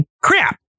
Crap